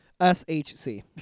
SHC